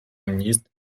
ministre